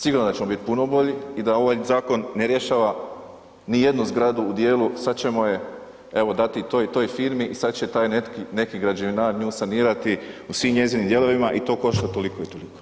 Sigurno da ćemo biti puno bolji i da ovaj zakon ne rješava ni jednu zgradu u dijelu sad ćemo je evo dati toj i toj firmi i sad će taj neki građevinar nju sanirati u svim njezinim dijelovima i to košta toliko i toliko.